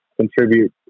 contribute